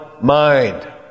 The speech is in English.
mind